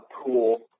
pool